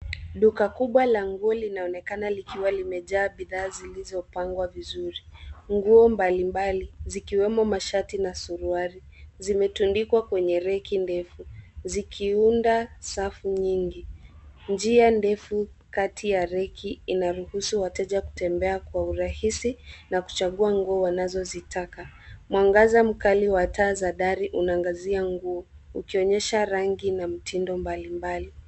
Duka kubwa la nguo linaonekana bidhaa zilizopangwa vizuri. Nguo mbalimbali zikiwemo mashati na suruali zimetundikwa kwenye reki ndefu zikiunda safu nyingi. Njia ndefu kati ya reki inaruhusu wateja kutembea kwa urahisi na kuchagua nguo wanazozitaka. Mwangaza mkali wa taa za dari unaangazia nguo ukionyesha rangi na mtindo mbalimbali.